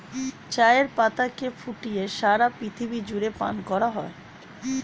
চায়ের পাতাকে ফুটিয়ে সারা পৃথিবী জুড়ে পান করা হয়